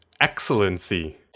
excellency